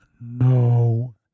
No